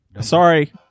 Sorry